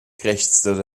krächzte